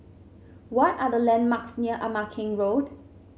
what are the landmarks near Ama Keng Road